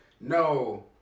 No